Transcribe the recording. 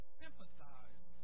sympathize